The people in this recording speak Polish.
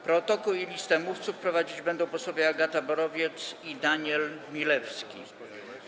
Protokół i listę mówców prowadzić będą posłowie Agata Borowiec i Daniel Milewski.